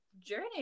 journey